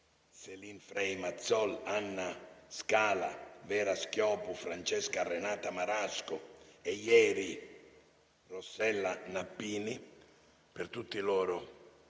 Celine Frei Matzohl, Anna Scala, Vera Schiopu, Francesca Renata Marasco e, ieri, Rossella Nappini, credo